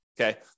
Okay